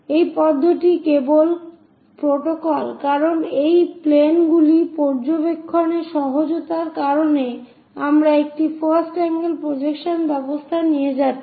এই পদ্ধতিটি কেবল একটি প্রোটোকল কারণ এই প্লেনগুলি পর্যবেক্ষণে সহজতার কারণে আমরা একটি ফার্স্ট আঙ্গেল প্রজেকশন ব্যবস্থা নিয়ে যাচ্ছি